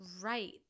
Right